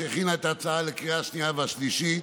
שהכינה את ההצעה לקריאה השנייה והשלישית,